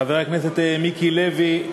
חבר הכנסת מיקי לוי,